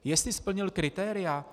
Jestli splnil kritéria?